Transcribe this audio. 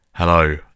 Hello